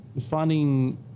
finding